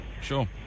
Sure